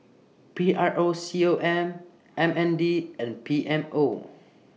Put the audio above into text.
P R O C O M M N D and P M O